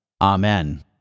Amen